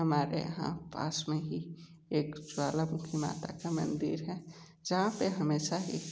हमारे यहाँ पास में ही एक ज्वालामुखी माता का मंदिर है जहाँ पे हमेशा ही